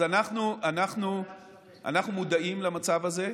אז אנחנו מודעים למצב הזה.